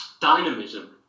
dynamism